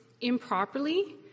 improperly